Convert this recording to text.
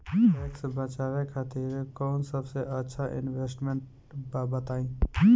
Tax बचावे खातिर कऊन सबसे अच्छा इन्वेस्टमेंट बा बताई?